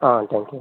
ah thank you